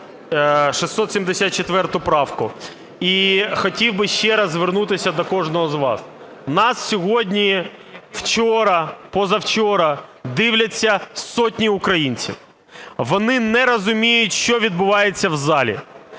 674. 674 правку. І хотів би ще раз звернутися до кожного з вас. Нас сьогодні, вчора, позавчора дивляться сотні українців. Вони не розуміють, що відбувається в залі.